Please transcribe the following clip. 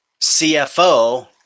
CFO